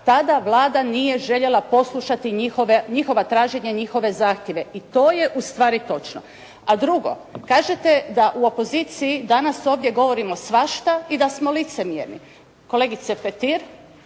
tada Vlada nije željela poslušati njihova traženja i njihove zahtjeve. I to je ustvari točno. A drugo, kažete da u opoziciji danas ovdje govorimo svašta i da smo licemjerni. Kolegice Petir,